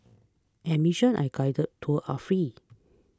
admission and guided tours are free